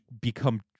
become